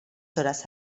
horas